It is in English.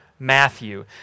Matthew